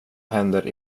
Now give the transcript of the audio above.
händer